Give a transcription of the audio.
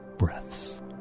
breaths